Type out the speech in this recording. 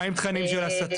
מה עם תכנים של הסתה?